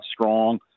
strong